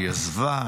היא עזבה.